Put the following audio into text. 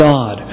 God